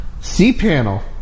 cPanel